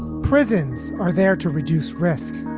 prisons are there to reduce risk